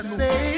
say